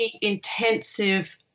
intensive